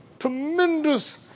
Tremendous